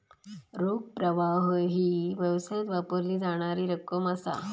रोख प्रवाह ही व्यवसायात वापरली जाणारी रक्कम असा